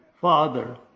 Father